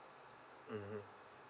mmhmm